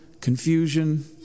confusion